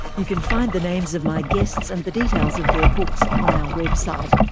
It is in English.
you can find the names of my guests and the details of their books on our website.